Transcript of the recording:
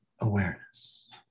awareness